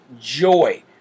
joy